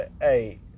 hey